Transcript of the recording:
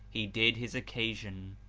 he did his occasion.